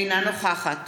אינה נוכחת